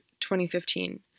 2015